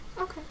Okay